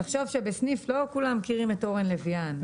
תחשוב שבסניף לא כולם מכירים את אורן לביאן.